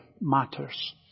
matters